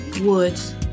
woods